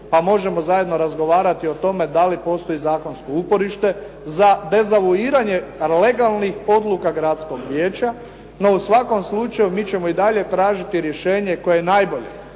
pa možemo zajedno razgovarati o tome da li postoji zakonsko uporište za dezavuiranje legalnih odluka gradskog vijeća. No, u svakom slučaju mi ćemo i dalje tražiti rješenje koje je najbolje.